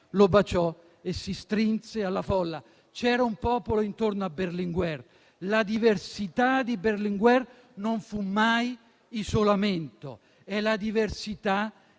lo baciò e si strinse alla folla. C'era un popolo intorno a Berlinguer. La diversità di Berlinguer non fu mai isolamento; è la diversità